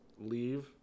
leave